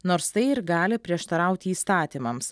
nors tai ir gali prieštarauti įstatymams